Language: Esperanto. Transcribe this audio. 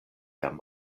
jam